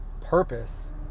purpose